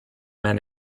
men